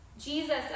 Jesus